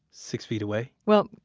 six feet away? well,